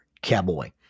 cowboy